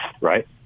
right